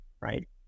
right